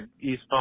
East